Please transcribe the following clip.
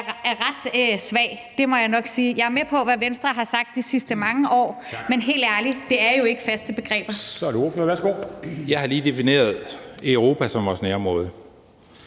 er ret svag. Det må jeg nok sige. Jeg er med på, hvad Venstre har sagt de sidste mange år, men helt ærligt, det er jo ikke faste begreber. Kl. 14:00 Formanden (Henrik